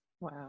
Wow